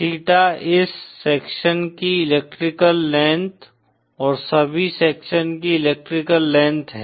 theta इस section की electrical length और सभी सेक्शन की इलेक्ट्रिकल लेंथ है